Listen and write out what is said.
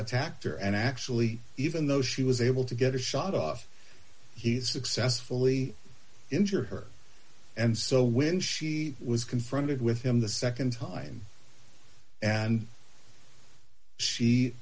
attacked her and actually even though she was able to get a shot off he's successful only injure her and so when she was confronted with him the nd time and she